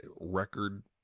record